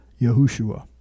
Yahushua